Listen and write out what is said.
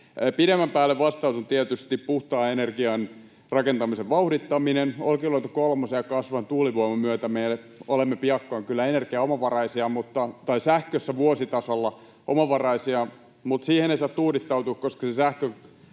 Pidemmän päälle vastaus on tietysti puhtaan energian rakentamisen vauhdittaminen. Olkiluoto kolmosen ja kasvavan tuulivoiman myötä me olemme piakkoin kyllä sähkössä vuositasolla omavaraisia, mutta siihen ei saa tuudittautua, koska sähkön